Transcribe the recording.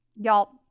Y'all